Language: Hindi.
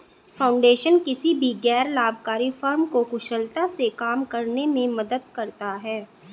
फाउंडेशन किसी भी गैर लाभकारी फर्म को कुशलता से काम करने में मदद करता हैं